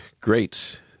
great